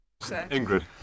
Ingrid